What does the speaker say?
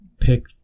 pick